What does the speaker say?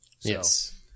Yes